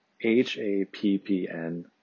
H-A-P-P-N